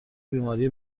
بیماری